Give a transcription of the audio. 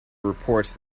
reports